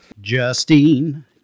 Justine